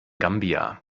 gambia